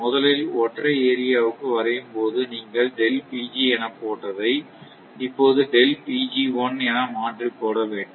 முதலில் ஒற்றை ஏரியாவுக்கு வரையும் போது நீங்கள் என போட்டதை இப்போது என மாற்றி போட வேண்டும்